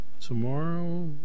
tomorrow